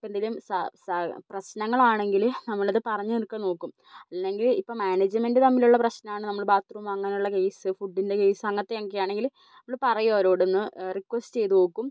ഇപ്പം എന്തെങ്കിലും പ്രശ്നങ്ങളാണെങ്കിൽ നമ്മളത് പറഞ്ഞു തീർക്കാൻ നോക്കും അല്ലെങ്കിൽ ഇപ്പം മാനേജ്മെൻ്റ് തമ്മിലുള്ള പ്രശ്നമാണ് നമ്മൾ ബാത്ത് റൂം അങ്ങനെയുള്ള കേസ് ഫുഡിൻ്റെ കേസ് അങ്ങനത്തെയൊക്കെ ആണെങ്കിൽ നമ്മൾ പറയും അവരോട് ഒന്ന് റിക്വസ്റ്റ് ചെയ്ത് നോക്കും